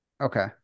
Okay